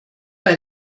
bei